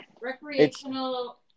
Recreational